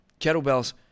kettlebells